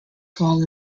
fall